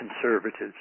conservatives